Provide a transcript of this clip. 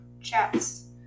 chats